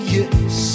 yes